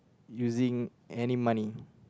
using any money